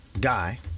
guy